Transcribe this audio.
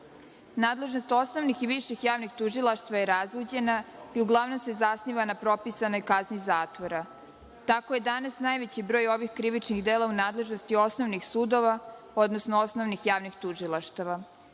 dužnosti. Nadležnost osnovnih i viših javnih tužilaštava je razuđena i uglavnom se zasniva na propisanoj kazni zakona. Tako je danas najveći broj ovih krivičnih dela u nadležnosti osnovnih sudova, odnosno osnovnih javnih tužilaštava.